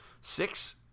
Six